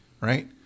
right